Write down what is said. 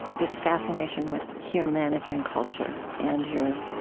this fascination with humanity and culture, and your